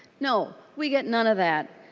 no. we get none of that.